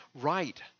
right